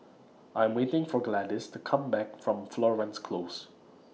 I Am waiting For Gladys to Come Back from Florence Close